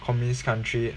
communist country